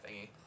thingy